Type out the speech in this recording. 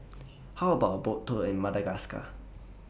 How about A Boat Tour in Madagascar